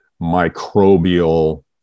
microbial